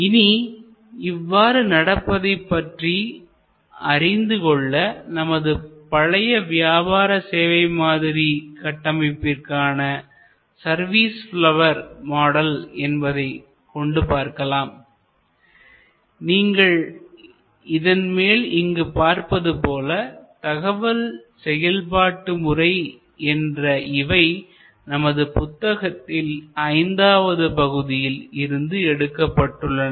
இனி இவ்வாறு நடப்பதை பற்றி அறிந்து கொள்ள நமது பழைய வியாபார சேவை மாதிரி கட்டமைப்பிற்கான சர்வீஸ் பிலௌவர் மாடல் என்பதைக் கொண்டு பார்க்கலாம் நீங்கள் இதன் மேல் இங்கு பார்ப்பது போல தகவல் செயல்பாட்டு முறை information processingஎன்ற இவை நமது புத்தகத்தில் ஐந்தாவது பகுதியில் இருந்து எடுக்கப்பட்டுள்ளன